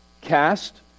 Cast